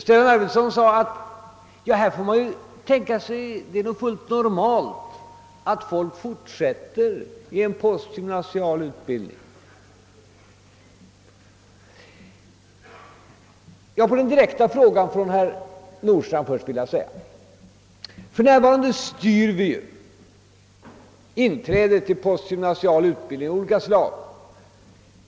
Stellan Arvidson sade att man får tänka sig att det blir något fullt normalt att folk går vidare till en postgymnasial utbildning. På den direkta frågan från herr Nordstrandh vill jag svara att vi för närvarande styr tillströmningen till postgymnasial utbildning av olika slag